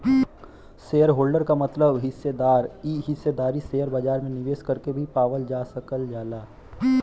shareholder क मतलब हिस्सेदार इ हिस्सेदारी शेयर बाजार में निवेश कइके भी पावल जा सकल जाला